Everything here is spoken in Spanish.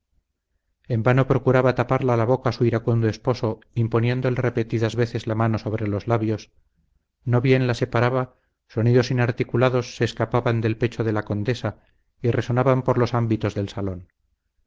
en vano procuraba taparla la boca su iracundo esposo imponiéndole repetidas veces la mano sobre los labios no bien la separaba sonidos inarticulados se escapaban del pecho de la condesa y resonaban por los ámbitos del salón